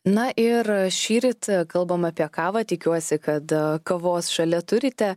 na ir šįryt kalbam apie kavą tikiuosi kad kavos šalia turite